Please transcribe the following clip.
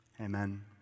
Amen